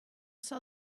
saw